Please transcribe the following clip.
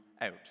out